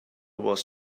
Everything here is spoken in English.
was